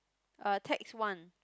uh text one